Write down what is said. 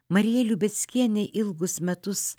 marija liubeckienė ilgus metus